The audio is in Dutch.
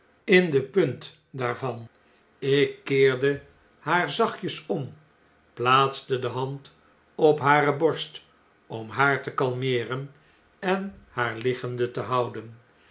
in de punt daarvan ik keerde haar zachtjes om plaatste de hand op hare borst om haar te kalmeeren en haar liggende te houden